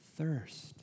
thirst